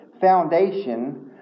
foundation